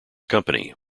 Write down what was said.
company